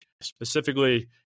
specifically